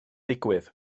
digwydd